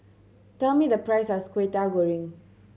tell me the price of Kwetiau Goreng